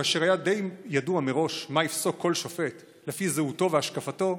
כאשר היה די ידוע מראש מה יפסוק כל שופט לפי זהותו והשקפתו,